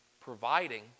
providing